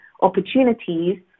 opportunities